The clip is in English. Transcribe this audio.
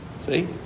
See